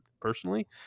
personally